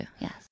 yes